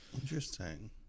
Interesting